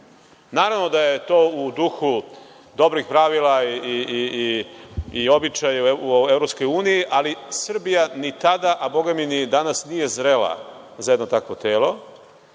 greška. Naravno da je to u duhu dobrih pravila i običaja u EU, ali Srbija ni tada, a bogami ni danas nije zrela za jedno takvo telo,